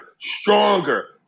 stronger